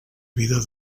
vida